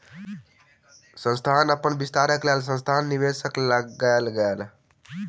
संस्थान अपन विस्तारक लेल संस्थागत निवेशक लग गेल